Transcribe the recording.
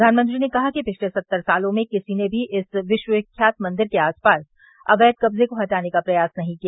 प्रधानमंत्री ने कहा कि पिछले सत्तर सालों में किसी ने भी इस विश्वविख्यात मंदिर के आसपास अवैध कब्जे को हटाने का प्रयास नहीं किया